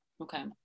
Okay